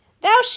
Thou